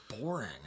boring